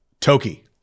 Toki